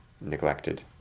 neglected